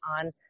on